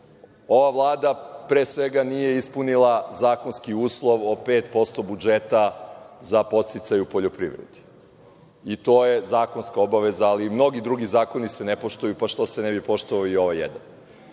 Ova Vlada pre svega nije ispunila zakonski uslov od 5% budžeta za podsticaje u poljoprivredi. To je zakonska obaveza, ali i mnogi drugi zakoni se ne poštuju, pa što se ne bi poštovao i ovaj